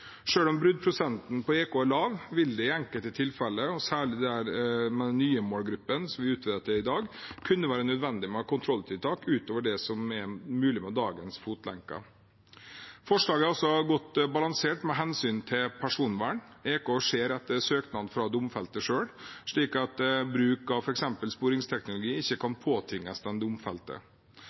på EK er lav, vil det i enkelte tilfeller, og særlig med de nye målgruppene som vi utvider med i dag, kunne være nødvendig med kontrolltiltak ut over det som er mulig med dagens fotlenker. Forslaget er også godt balansert med hensyn til personvern. EK skjer etter søknad fra domfelte selv, slik at bruk av f.eks. sporingsteknologi ikke kan påtvinges den domfelte.